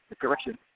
Correction